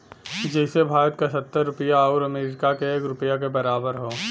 जइसे भारत क सत्तर रुपिया आउर अमरीका के एक रुपिया के बराबर हौ